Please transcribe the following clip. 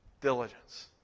Diligence